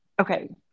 okay